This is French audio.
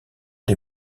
des